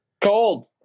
Cold